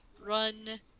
run